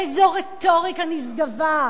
איזו רטוריקה נשגבה: